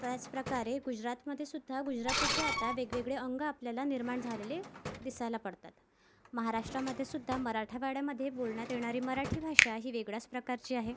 त्याचप्रकारे गुजरातमधे सुद्धा गुजरातीचे आता वेगवेगळे अंग आपल्याला निर्माण झालेले दिसायला पडतात महाराष्ट्रामध्ये सुद्धा मराठवाड्यामधे बोलण्यात येणारी मराठी भाषा ही वेगळ्याच प्रकारची आहे